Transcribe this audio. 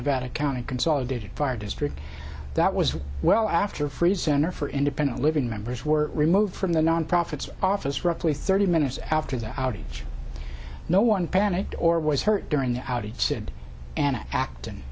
nevada county consolidated fire district that was well after free center for independent living members were removed from the non profits office roughly thirty minutes after that outage no one panicked or was hurt during the outage said anna act